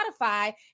Spotify